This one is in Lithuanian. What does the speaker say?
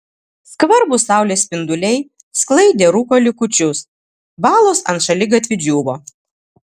skvarbūs saulės spinduliai sklaidė rūko likučius balos ant šaligatvių džiūvo